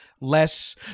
less